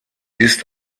ist